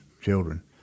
children